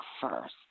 first